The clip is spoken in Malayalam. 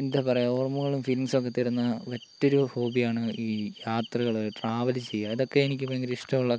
എന്താ പറയാ ഓർമ്മകളും ഫീലിങ്സും ഒക്കെ തരുന്ന മറ്റൊരു ഹോബിയാണ് ഈ യാത്രകൾ ട്രാവൽ ചെയ്യുക അതൊക്കെ എനിക്ക് ഭയങ്കര ഇഷ്ടമുള്ള